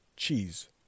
cheese